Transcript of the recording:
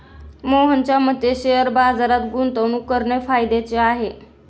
मोहनच्या मते शेअर बाजारात गुंतवणूक करणे फायद्याचे आहे